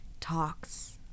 talks